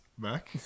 Mac